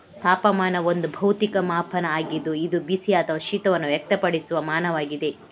ತಾಪಮಾನವು ಒಂದು ಭೌತಿಕ ಮಾಪನ ಆಗಿದ್ದು ಇದು ಬಿಸಿ ಅಥವಾ ಶೀತವನ್ನು ವ್ಯಕ್ತಪಡಿಸುವ ಮಾನವಾಗಿದೆ